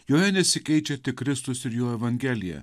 joje nesikeičia tik kristus ir jo evangelija